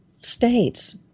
states